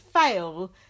fail